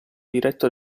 diretto